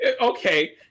Okay